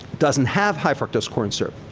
doesn't have high fructose corn syrup.